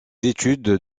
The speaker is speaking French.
études